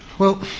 well